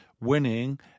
winning